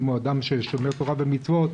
אם הוא אדם שומר תורה ומצוות,